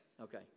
okay